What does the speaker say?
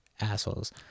assholes